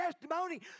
testimony